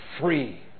free